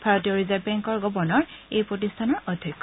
ভাৰতীয় ৰিজাৰ্ভ বেংকৰ গৱৰ্ণৰ এই প্ৰতিষ্ঠানৰ অধ্যক্ষ